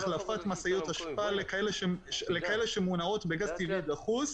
עד שלא תשלם להם, אתה לא יכול לקבל גז בצינור הזה.